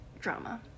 Drama